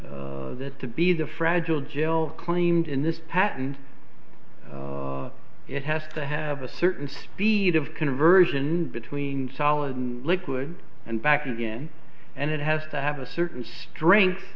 terms that to be the fragile jail claimed in this patent it has to have a certain speed of conversion between solid and liquid and back again and it has to have a certain strength